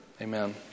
amen